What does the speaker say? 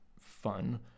fun